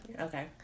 Okay